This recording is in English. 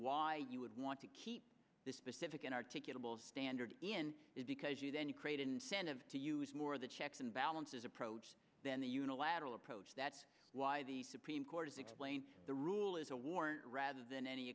why you would want to keep this specific and articulable standards in it because you then you create an incentive to use more of the checks and balances approach than the unilateral approach that's why the supreme court is explain the rule is a warrant rather than any